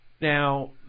Now